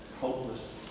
hopeless